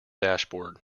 dashboard